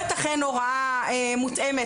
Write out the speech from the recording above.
בטח אין הוראה מותאמת,